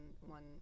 one